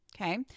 Okay